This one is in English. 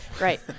Right